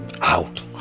out